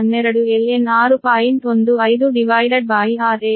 85410 12ln 6